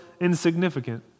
insignificant